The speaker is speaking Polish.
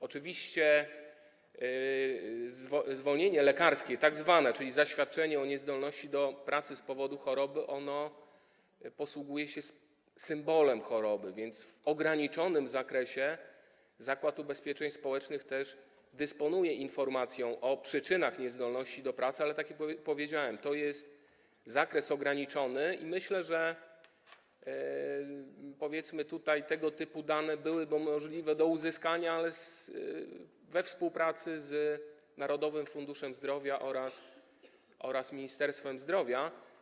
Oczywiście tzw. zwolnienie lekarskie, czyli zaświadczenie o niezdolności do pracy z powodu choroby, posługuje się symbolem choroby, więc w ograniczonym zakresie Zakład Ubezpieczeń Społecznych też dysponuje informacją o przyczynach niezdolności do pracy, ale - tak jak powiedziałem - to jest zakres ograniczony i myślę, że - powiedzmy - tutaj tego typy dane byłyby możliwe do uzyskania, ale we współpracy z Narodowym Funduszem Zdrowia oraz Ministerstwem Zdrowia.